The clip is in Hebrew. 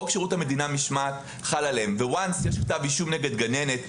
חוק שירות המדינה (משמעת) חל עליהם וכאשר יש כתב אישום נגד גננת,